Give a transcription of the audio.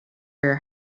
your